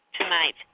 tonight